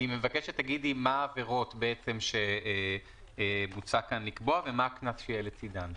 אני מבקש שתגידי מה העבירות שבוצעו כאן לקבוע ומה הקנס שיהיה לצידן.